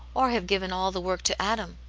or have given all the work to adam.